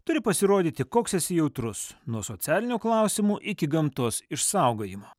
turi pasirodyti koks esi jautrus nuo socialinių klausimų iki gamtos išsaugojimo